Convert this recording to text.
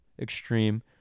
extreme